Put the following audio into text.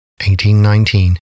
1819